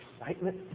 excitement